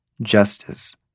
justice